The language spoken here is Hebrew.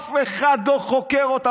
אף אחד לא חוקר אותם,